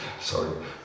sorry